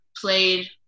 played